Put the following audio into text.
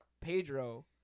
Pedro